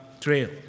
trail